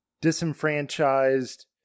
disenfranchised